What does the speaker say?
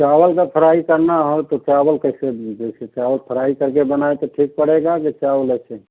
चावल का फ्राई करना हो तो चावल कैसे दे जैसे चावल फ्राई करके बनाए तो ठीक पड़ेगा कि चावल ऐसे ही